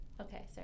Okay